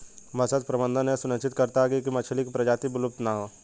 मत्स्य प्रबंधन यह सुनिश्चित करता है की मछली की प्रजाति विलुप्त ना हो